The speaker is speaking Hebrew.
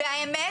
והאמת,